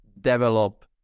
develop